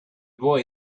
boy